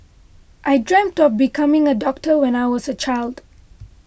I dreamt of becoming a doctor when I was a child